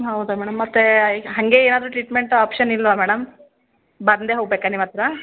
ಹೌದಾ ಮೇಡಮ್ ಮತ್ತೆ ಈಗ ಹಾಗೇ ಏನಾದರು ಟ್ರೇಟ್ಮೆಂಟ್ ಆಪ್ಷನ್ ಇಲ್ವಾ ಮೇಡಮ್ ಬಂದೇ ಹೊಗ್ಬೇಕಾ ನಿಮ್ಮತ್ತಿರ